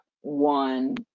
one